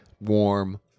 warm